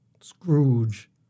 Scrooge